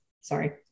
Sorry